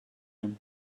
him